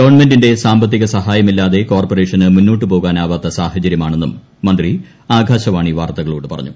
ഗവൺമെന്റിന്റെ സാമ്പത്തിക സഹായമില്ലാതെ കോർപ്പറേഷന് മുന്നോട്ടു പോകാനാവാത്ത സാഹചര്യമാണെന്നും മന്ത്രി ആകാശവാണി വാർത്തകളോട് പറഞ്ഞു